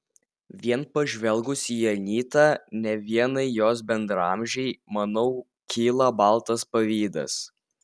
vien pažvelgus į anytą ne vienai jos bendraamžei manau kyla baltas pavydas